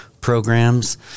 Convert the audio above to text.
programs